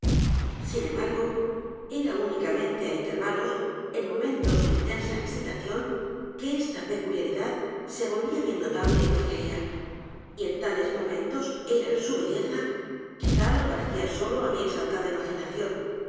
sin embargo era únicamente á intervalos en momentos de intensa excitación que esta peculiaridad se volvía bien notable en ligeia y en tales momentos era su belleza quizá lo parecía sólo á mi exaltada imaginación